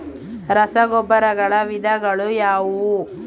ರಸಗೊಬ್ಬರಗಳ ವಿಧಗಳು ಯಾವುವು?